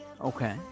Okay